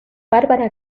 bárbara